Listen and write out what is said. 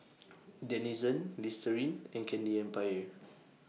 Denizen Listerine and Candy Empire